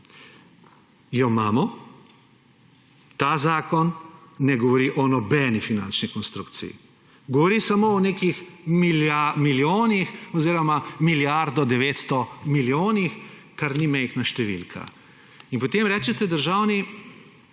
Jo imamo? Ta zakon ne govori o nobeni finančni konstrukciji. Govori samo o nekih milijonih oziroma milijardi 900 milijonih, kar ni majhna številka. In potem rečete, državni